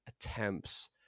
attempts